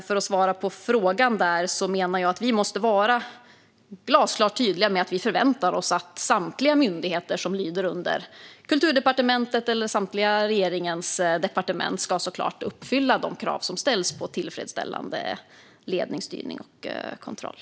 För att svara på frågan menar jag att vi måste vara glasklart tydliga. Vi förväntar oss att samtliga myndigheter som lyder under Kulturdepartementet eller regeringens samtliga departement såklart ska uppfylla de krav som ställs på tillfredsställande ledning, styrning och kontroll.